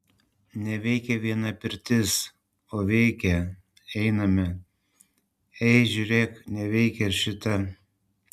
neveikia viena pirtis o veikia einame ei žiūrėk neveikia ir šita